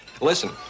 listen